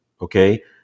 Okay